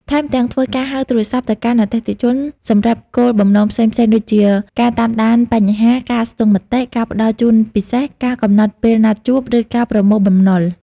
ថែមទាំង ធ្វើការហៅទូរស័ព្ទទៅកាន់អតិថិជនសម្រាប់គោលបំណងផ្សេងៗ ដូចជាការតាមដានបញ្ហា ការស្ទង់មតិ ការផ្ដល់ជូនពិសេស ការកំណត់ពេលណាត់ជួប ឬការប្រមូលបំណុល។